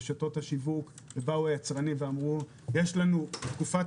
רשתות השיווק והיצרנים ואמרו שבתקופת